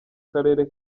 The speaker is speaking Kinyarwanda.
karere